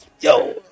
Yo